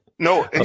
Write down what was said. No